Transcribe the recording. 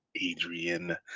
Adrian